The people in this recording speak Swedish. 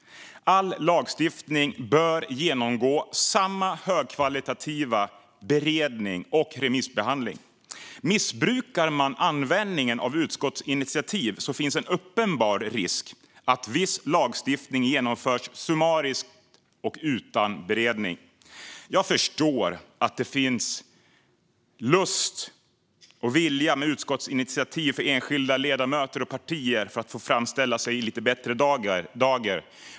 All lagstiftning bör genomgå samma högkvalitativa beredning och remissbehandling. Missbrukar man användningen av utskottsinitiativ finns det en uppenbar risk att viss lagstiftning genomförs summariskt och utan beredning. Jag förstår att det i utskottsinitiativen finns lust och vilja hos enskilda ledamöter och partier att framställa sig i lite bättre dager.